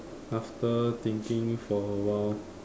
after thinking for a while